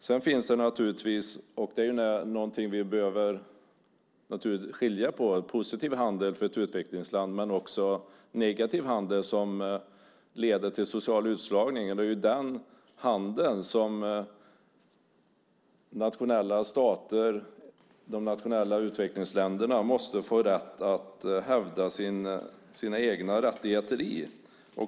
Sedan finns det naturligtvis, och det är någonting vi behöver skilja på, positiv handel för ett utvecklingsland och negativ handel, som leder till social utslagning. Det är den handeln som de nationella utvecklingsländerna måste få rätt att hävda sina egna rättigheter i.